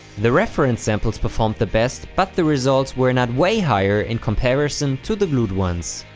the reference samples performed the best but the results were not way higher in comparison to the glued ones.